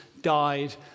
died